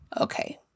Okay